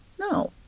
No